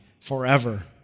forever